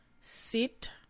sit